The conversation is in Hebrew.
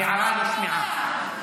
ההערה נשמעה.